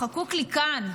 חקוק לי כאן.